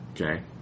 Okay